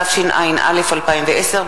התשע"א 2010,